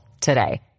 today